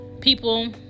people